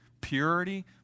purity